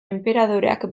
enperadoreak